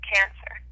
Cancer